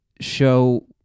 show